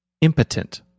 Impotent